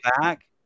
back